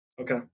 Okay